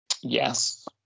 Yes